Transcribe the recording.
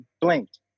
blinked